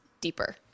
deeper